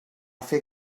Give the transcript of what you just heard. fer